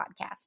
podcast